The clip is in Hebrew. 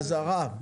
האזהרה,